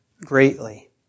greatly